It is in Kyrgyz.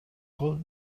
кол